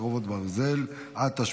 חרבות ברזל) (תיקון),